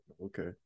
Okay